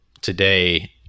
Today